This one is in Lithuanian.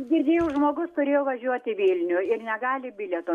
girdėjau žmogus turėjo važiuot į vilnių ir negali bilieto